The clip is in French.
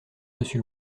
dessus